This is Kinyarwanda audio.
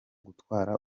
gutwara